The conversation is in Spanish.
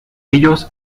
ellos